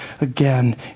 again